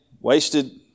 wasted